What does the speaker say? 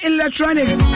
Electronics